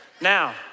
Now